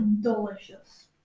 delicious